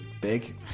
big